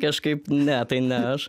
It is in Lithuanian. kažkaip ne tai ne aš